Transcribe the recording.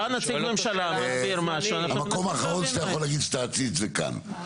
בא נציג ממשלה- -- המקום האחרון שאתה יכולים לומר שאתה עציץ זה פה.